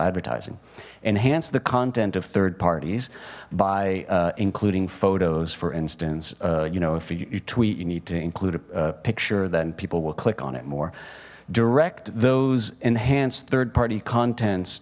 advertising enhance the content of third parties by including photos for instance you know if you tweet you need to include a picture then people will click on it more direct those enhanced third party contents